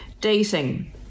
Dating